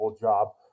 job